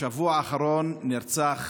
בשבוע האחרון נרצח